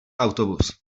autobus